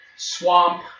swamp